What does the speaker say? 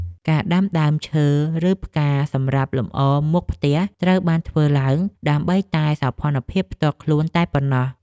ការដាំដើមឈើឬផ្កាសម្រាប់លម្អមុខផ្ទះត្រូវបានធ្វើឡើង ដើម្បីតែសោភ័ណភាពផ្ទាល់ខ្លួនតែប៉ុណ្ណោះ។